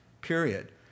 period